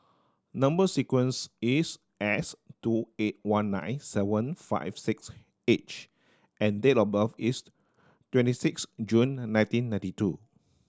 number sequence is S two eight one nine seven five six H and date of birth is twenty six June nineteen ninety two